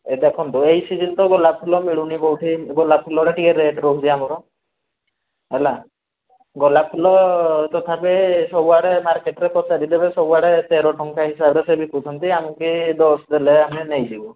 ଏଇ ଦେଖନ୍ତୁ ଏଇ ସିଜିନ୍ ତ ଗୋଲାପ ଫୁଲ ମିଳୁନି କେଉଁଠି ଗୋଲାପ ଫୁଲଟା ଟିକେ ରେଟ୍ ରହୁଛି ଆମର ହେଲା ଗୋଲାପ ଫୁଲ ତଥାପି ସବୁଆଡ଼େ ମାର୍କେଟରେ ପଚାରିଦେବେ ସବୁଆଡ଼େ ତେର ଟଙ୍କା ହିସାବରେ ସେ ବିକୁଛନ୍ତି ଆଣିକି ଦଶ ଦେଲେ ଆମେ ନେଇଯିବୁ